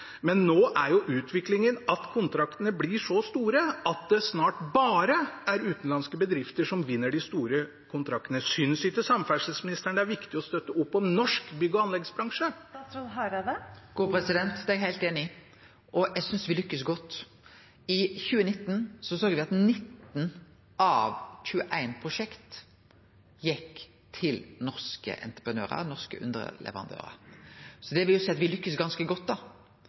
men nå er jo utviklingen at kontraktene blir så store at det snart er bare utenlandske bedrifter som vinner de store kontraktene. Synes ikke samferdselsministeren det er viktig å støtte opp om norsk bygg- og anleggsbransje? Det er eg heilt einig i, og eg synest me lykkast godt. I 2019 såg eg at 19 av 21 prosjekt gjekk til norske entreprenørar, norske underleverandørar. Så det vil jo seie at me lykkast ganske godt.